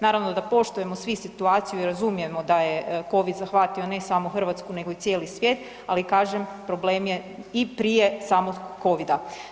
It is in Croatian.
Naravno da poštujemo svi situaciju i razumijemo da je COVID zahvatio ne samo Hrvatsku nego i cijeli svijet, ali kažem problem je i prije samog COVID-a.